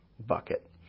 Bucket